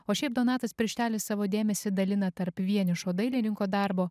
o šiaip donatas pirštelis savo dėmesį dalina tarp vienišo dailininko darbo